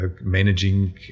managing